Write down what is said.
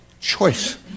choice